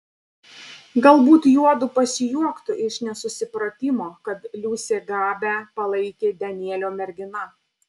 galbūt juodu pasijuoktų iš nesusipratimo kad liusė gabę palaikė danielio mergina